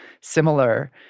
similar